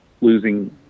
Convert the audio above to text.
losing